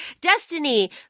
destiny